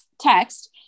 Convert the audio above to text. text